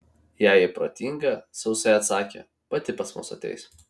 jei ji protinga sausai atsakė pati pas mus ateis